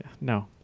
No